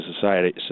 society